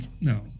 no